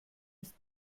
ist